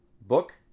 book